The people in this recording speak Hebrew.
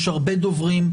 יש הרבה דוברים.